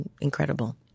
incredible